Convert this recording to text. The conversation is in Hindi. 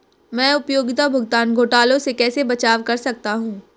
मैं उपयोगिता भुगतान घोटालों से कैसे बचाव कर सकता हूँ?